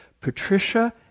Patricia